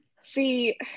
See